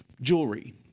jewelry